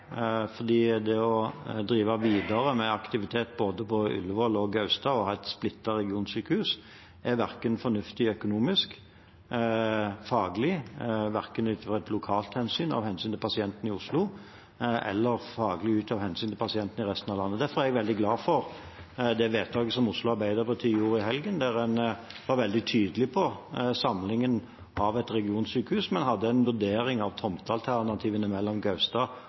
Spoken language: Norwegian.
det å drive videre med aktivitet både på Ullevål og på Gaustad og ha et splittet regionsykehus er ikke fornuftig verken økonomisk eller faglig ut fra et lokalt hensyn til pasientene i Oslo, eller faglig av hensyn til pasientene i resten i landet. Derfor er jeg veldig glad for det vedtaket Oslo Arbeiderparti gjorde i helgen, der en var veldig tydelig på samlingen av et regionsykehus, men hadde en vurdering av tomtealternativene mellom Gaustad